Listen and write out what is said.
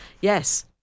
Yes